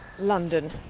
london